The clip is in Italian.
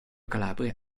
calabria